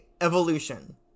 evolution